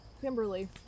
Kimberly